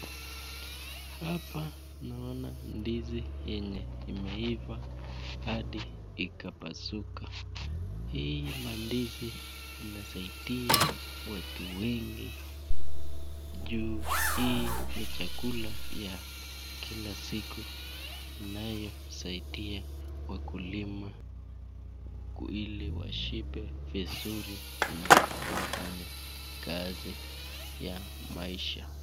Hapa naona ndizi enye imeiva hadi ikapasuka. Hii mandizi inasaidia watu wengi juu hii ni chakula ya kila siku inayo saidia wakulima ili washibe vizuri Na wafanye kazi ya maisha.